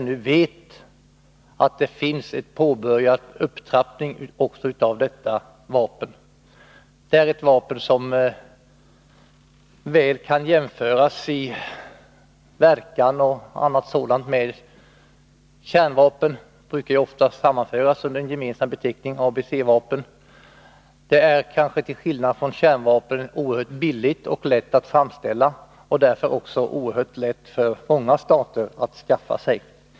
Nu har man börjat upptrappningen också av dessa vapen. De kan väl jämföras i fråga om verkan och på annat sätt med kärnvapen. Man brukar oftast använda den gemensamma beteckningen ABC-vapen. Till skillnad från kärnvapen är de mycket billiga och lätta att framställa, och därför är det lätt för många stater att skaffa dem.